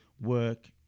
work